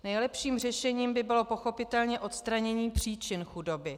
Nejlepším řešením by bylo pochopitelně odstranění příčin chudoby.